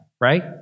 right